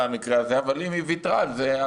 אבל אם היא ויתרה על זה,